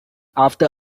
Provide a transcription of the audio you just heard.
after